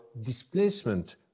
displacement